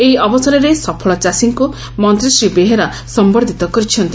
ଏହି ଅବସରରେ ସଫଳ ଚାଷୀଙ୍କୁ ମନ୍ତୀ ଶ୍ରୀ ବେହେରା ସମ୍ମର୍ବ୍ବତ କରିଛନ୍ତି